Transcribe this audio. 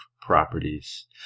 properties